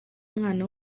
umwana